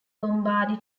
lombardy